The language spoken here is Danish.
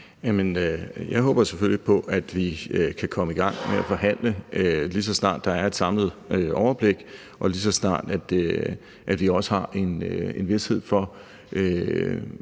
Jeg håber selvfølgelig på, at vi kan komme i gang med at forhandle, lige så snart der er et samlet overblik, og lige så snart vi også har en vished for,